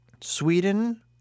Sweden